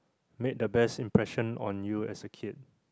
made the best impression on you as a kid